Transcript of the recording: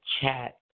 chat